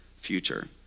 future